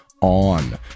On